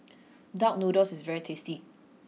Duck Noodle is very tasty